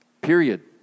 Period